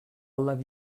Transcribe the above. love